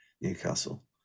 Newcastle